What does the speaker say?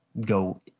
go